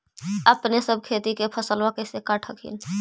अपने सब खेती के फसलबा कैसे काट हखिन?